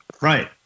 Right